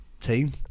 team